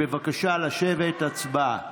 בבקשה לשבת, הצבעה.